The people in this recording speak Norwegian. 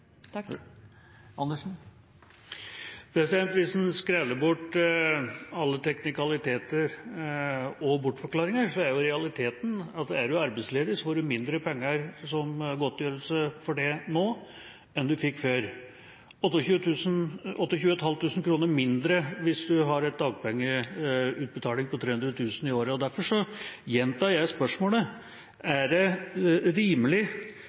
Hvis en skreller bort alle teknikaliteter og bortforklaringer, er realiteten at er en arbeidsledig, får en mindre penger i godtgjørelse for det nå enn en fikk før – 28 500 kr mindre hvis en har en dagpengeutbetaling på 300 000 kr i året. Derfor gjentar jeg spørsmålet: Er det rimelig